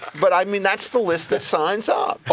but i mean that's the list that signs ah up,